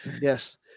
Yes